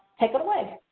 take it away.